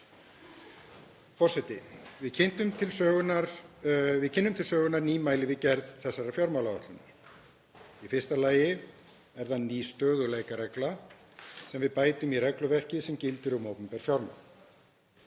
Forseti. Við kynnum til sögunnar nýmæli við gerð þessarar fjármálaáætlunar. Í fyrsta lagi er það ný stöðugleikaregla sem við bætum í regluverkið sem gildir um opinber fjármál.